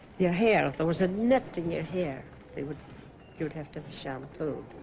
your hair there was a nothing you're here they would you'd have to shampoo